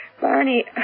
Barney